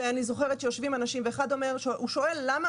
ואני זוכרת שיושבים אנשים ואחד שואל: למה?